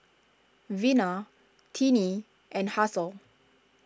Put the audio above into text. Vina Tinnie and Hasel